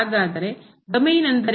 ಹಾಗಾದರೆ ಡೊಮೇನ್ ಎಂದರೇನು